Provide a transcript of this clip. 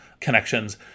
connections